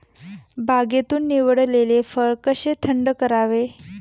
बागेतून निवडलेले फळ कसे थंड करावे?